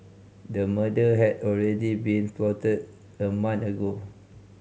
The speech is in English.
a murder had already been plotted a month ago